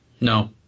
no